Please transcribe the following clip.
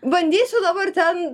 bandysiu dabar ten